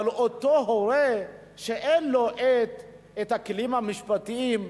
אבל אותו הורה שאין לו הכלים המשפטיים,